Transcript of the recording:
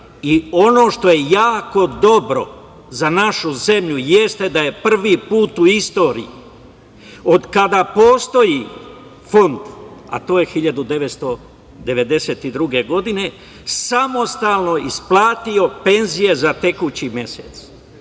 i ono što je jako dobro za našu zemlju jeste da je prvi put u istoriji, od kada postoji Fond, a to je 1992. godina, samostalno isplatio penzije za tekući mesec.